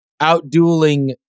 outdueling